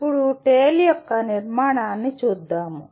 ఇప్పుడు టేల్ యొక్క నిర్మాణాన్ని చూద్దాం